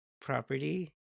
property